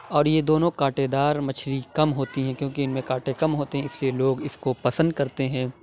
اور یہ دونوں کانٹے دار مچھلی کم ہوتی ہیں کیوں کہ اِن میں کانٹے کم ہوتے ہیں اِس لیے لوگ اِس کو پسند کرتے ہیں